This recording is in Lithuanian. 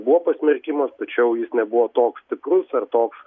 buvo pasmerkimas tačiau jis nebuvo toks stiprus ar toks